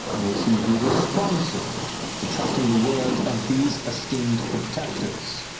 they seemed to be responsive to trusting the word of these esteemed protectors.